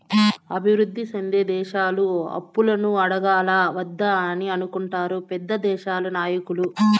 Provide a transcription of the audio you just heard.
అభివృద్ధి సెందే దేశాలు అప్పులను అడగాలా వద్దా అని అనుకుంటారు పెద్ద దేశాల నాయకులు